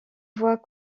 voies